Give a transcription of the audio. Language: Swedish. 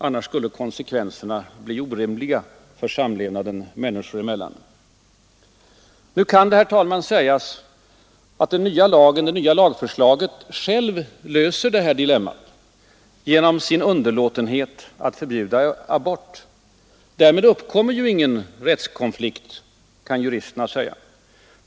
Annars skulle konsekvenserna bli orimliga för samlevnaden människor emellan. Nu kan det, herr talman, sägas att det nya lagförslaget självt löser det här dilemmat genom sin underlåtenhet att förbjuda abort. Därmed uppkommer ju ingen rättskonflikt, kan juristerna säga.